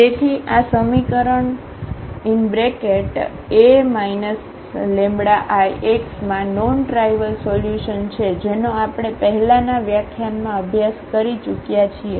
તેથી આ સમીકરણ A λIx માં નોન ટ્રાઇવલ સોલ્યુશન છે જેનો આપણે પહેલાના વ્યાખ્યાનમાં અભ્યાસ કરી ચૂક્યા છીએ